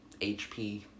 HP